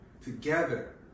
Together